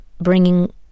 bringing